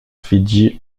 fidji